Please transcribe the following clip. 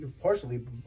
partially